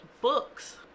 books